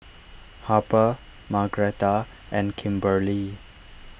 Harper Margretta and Kimberlee